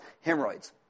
hemorrhoids